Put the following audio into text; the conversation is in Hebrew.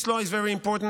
This law is very important,